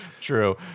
True